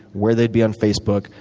where they'd be on facebook,